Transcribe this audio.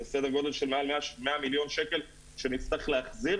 זה בסדר גודל של מעל 100 מיליון שקל שנצטרך להחזיר,